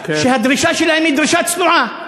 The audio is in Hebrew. הדרישה שלהם היא דרישה צנועה.